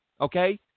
Okay